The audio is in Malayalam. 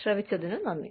ശ്രവിച്ചതിനു നന്ദി